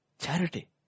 Charity